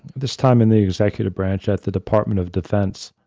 this time in the executive branch at the department of defense,